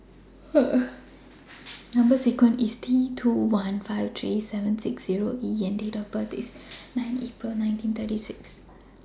Number sequence IS T two one five three seven six Zero E and Date of birth IS nine April nineteen thirty six